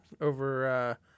over